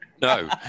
No